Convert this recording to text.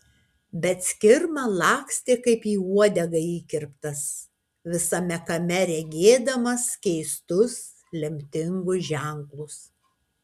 bet skirma lakstė kaip į uodegą įkirptas visame kame regėdamas keistus lemtingus ženklus